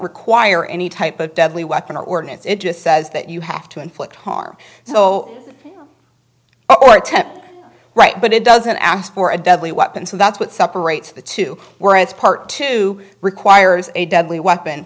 require any type of deadly weapon ordinance it just says that you have to inflict harm so i tend right but it doesn't ask for a deadly weapon so that's what separates the two were it's part two requires a deadly weapon